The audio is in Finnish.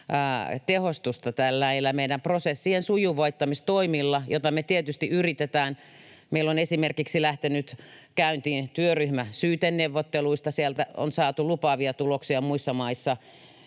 tehostusta näillä meidän prosessien sujuvoittamistoimilla, joita me tietysti yritetään. Meillä on esimerkiksi lähtenyt käyntiin työryhmä syyteneuvotteluista, muissa maissa on saatu lupaavia tuloksia